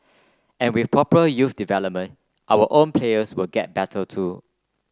and with proper youth development our own players will get better too